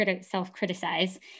self-criticize